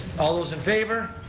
all those in favor?